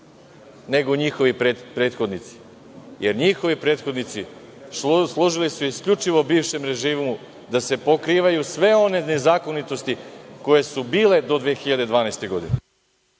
nego njihovi prethodnici, jer su njihovi prethodnici služili isključivo bivšem režimu da se pokrivaju sve one nezakonitosti koje su bile do 2012.